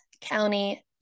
county